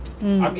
mm